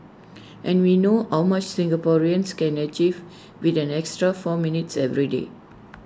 and we know how much Singaporeans can achieve with an extra four minutes every day